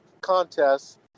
contests